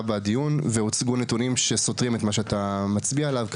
בדיון והוצגו נתונים שסותרים את מה שאתה מצביע עליו.